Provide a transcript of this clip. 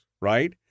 right